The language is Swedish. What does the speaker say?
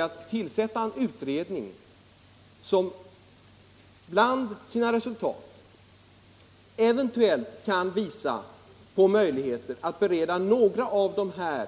Att tillsätta en utredning som eventuellt kan visa på möjligheter att bereda några av dessa